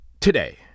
Today